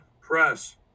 press